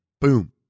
boom